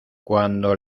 cuando